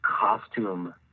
costume